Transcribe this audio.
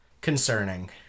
concerning